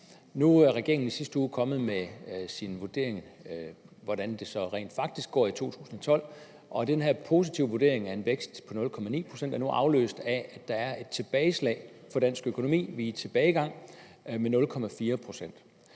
Nu er regeringen i sidste uge kommet med sin vurdering af, hvordan det så rent faktisk går i 2012, og den her positive vurdering af en vækst på 0,9 pct. er nu afløst af, at der er et tilbageslag for dansk økonomi, at vi er i tilbagegang med 0,4 pct.